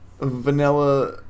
Vanilla